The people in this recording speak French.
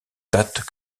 date